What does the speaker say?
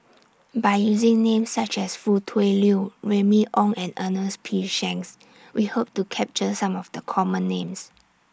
By using Names such as Foo Tui Liew Remy Ong and Ernest P Shanks We Hope to capture Some of The Common Names